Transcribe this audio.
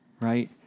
right